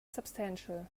substantial